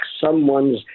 someone's